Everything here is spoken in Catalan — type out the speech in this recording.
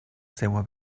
seua